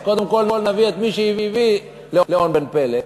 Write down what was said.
אז קודם כול נביא את מי שהביא לאון בן פלת.